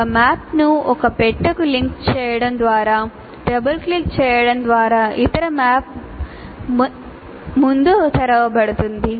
ఒక మ్యాప్ను ఒక పెట్టెకు లింక్ చేయడం ద్వారా డబుల్ క్లిక్ చేయడం ద్వారా ఇతర మ్యాప్ ముందు తెరవబడుతుంది